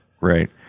Right